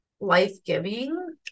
life-giving